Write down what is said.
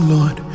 Lord